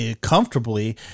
comfortably